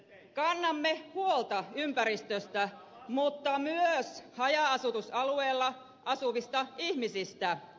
kannamme huolta ympäristöstä mutta myös haja asutusalueella asuvista ihmisistä